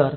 तर